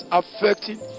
affecting